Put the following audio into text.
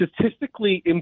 statistically